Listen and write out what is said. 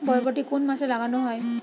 বরবটি কোন মাসে লাগানো হয়?